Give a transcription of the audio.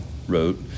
Wrote